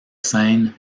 scène